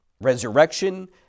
resurrection